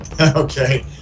Okay